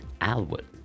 Alwood